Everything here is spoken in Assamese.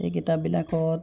এই কিতাপবিলাকত